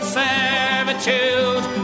servitude